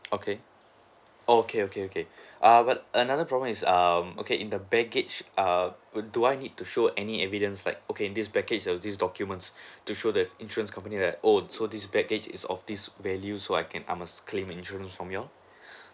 okay oh okay okay okay err but another problem is um okay in the baggage err do I need to show any evidence like okay in this baggage there's this documents to show the insurance company that oh so this baggage is of this value so I can I must claim the insurance from you all